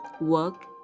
work